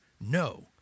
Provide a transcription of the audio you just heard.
No